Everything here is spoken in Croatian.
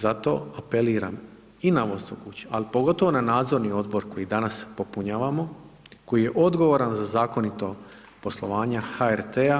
Zato apeliram i na vodstvo kuće ali pogotovo na nadzorni odbor koji danas popunjavamo, koji je odgovoran za zakonito poslovanje HRT-a